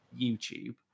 YouTube